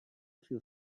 feel